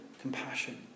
compassion